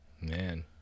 Man